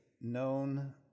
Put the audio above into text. known